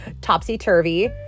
topsy-turvy